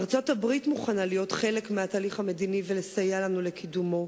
ארצות-הברית מוכנה להיות חלק מהתהליך המדיני ולסייע לנו לקדמו.